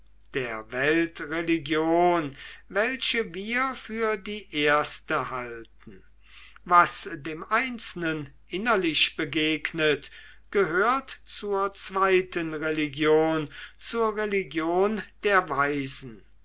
der weltreligion welche wir für die erste halten was dem einzelnen innerlich begegnet gehört zur zweiten religion zur religion der weisen